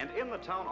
and in the town